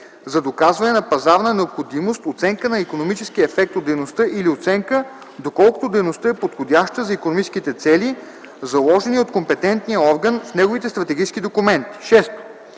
за доказване на пазарна необходимост, оценка на икономическия ефект от дейността или оценка, доколко дейността е подходяща за икономическите цели, заложени от компетентния орган в неговите стратегически документи;